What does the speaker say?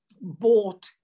bought